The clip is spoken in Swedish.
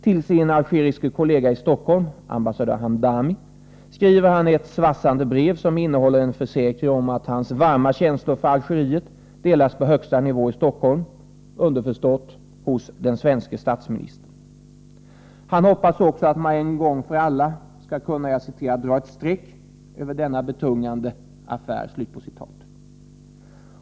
Till sin algeriske kollega i Stockholm, ambassadör Hamdami, skriver han ett svassande brev som innehåller en försäkran om att hans varma känslor för Algeriet delas på högsta nivå i Stockholm, underförstått hos den svenske statsministern. Han hoppas också att man en gång för alla skall kunna ”dra ett streck över denna betungande affär”.